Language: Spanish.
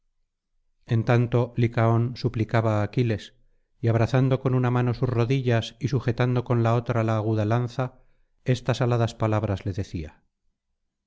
en tanto licaón suplicaba á aquiles y abrazando con una mano sus rodillas y sujetando con la otra la aguda lanza estas aladas palabras le decía